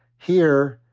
here,